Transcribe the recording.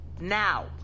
Now